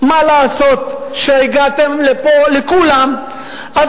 מה לעשות שהגעתם לכולם לפה,